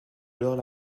alors